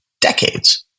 decades